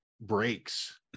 breaks